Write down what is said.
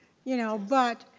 you know, but,